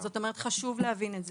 חשוב להבין את זה.